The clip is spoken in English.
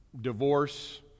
divorce